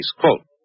Quote